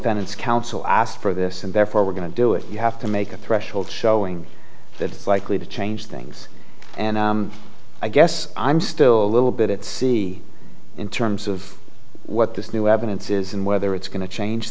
penance counsel asked for this and therefore we're going to do it you have to make a threshold showing that it's likely to change things and i guess i'm still a little bit see in terms of what this new evidence is and whether it's going to change